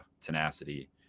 tenacity